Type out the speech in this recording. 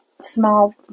small